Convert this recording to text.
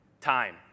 time